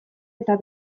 eta